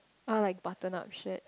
all like button up shirt